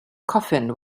coffin